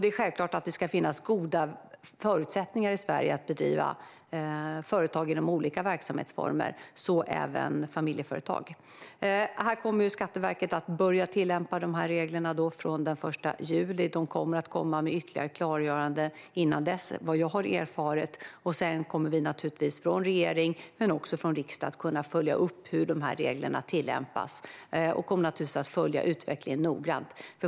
Det är självklart att det ska finnas goda förutsättningar i Sverige att bedriva företag i olika verksamhetsformer, så även familjeföretag. Skatteverket börjar tillämpa dessa regler från den 1 juli. Man kommer med ytterligare klargöranden innan dess. Sedan kommer vi från regering och riksdag att kunna följa upp hur reglerna tillämpas. Jag kommer naturligtvis att följa utvecklingen noggrant.